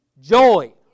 joy